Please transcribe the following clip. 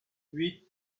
huit